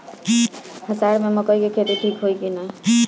अषाढ़ मे मकई के खेती ठीक होई कि ना?